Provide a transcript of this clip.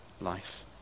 life